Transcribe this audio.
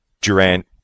Durant